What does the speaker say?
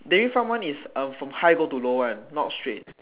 dairy farm one is uh from high go to low one not straight